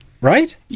Right